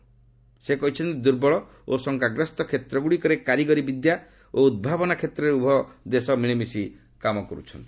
ଶ୍ରୀ ଅସ୍ରଫ୍ କହିଛନ୍ତି ଦୁର୍ବଳ ଓ ଶଙ୍କାଗ୍ରସ୍ତ କ୍ଷେତ୍ରଗୁଡ଼ିକରେ କାରିଗରି ବିଦ୍ୟା ଓ ଉଦ୍ଭାବନା କ୍ଷେତ୍ରରେ ଉଭୟ ଦେଶ ମିଳିମିଶି କାମ କରୁଛନ୍ତି